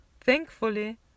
thankfully